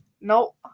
Nope